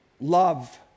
love